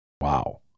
wow